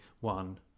one